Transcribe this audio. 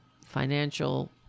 financial